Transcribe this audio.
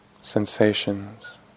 sensations